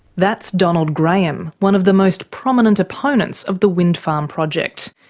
that's donald graham, one of the most prominent opponents of the wind farm project.